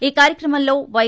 ఈ కార్యక్రమంలో వై